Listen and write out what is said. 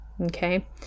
Okay